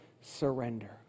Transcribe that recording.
surrender